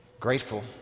grateful